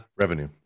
revenue